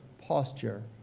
posture